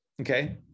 okay